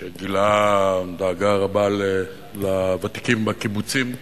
שגילה דאגה רבה לוותיקים בקיבוצים,